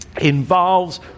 involves